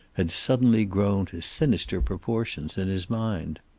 had suddenly grown to sinister proportions in his mind.